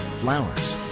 flowers